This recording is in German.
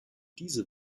diese